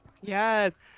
Yes